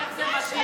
איך אתה יודע?